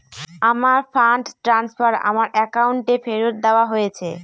আমার fund transfer আমার অ্যাকাউন্টে ফেরত দেওয়া হয়েছে